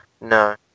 No